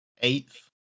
eighth